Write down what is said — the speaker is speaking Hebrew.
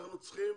אנחנו צריכים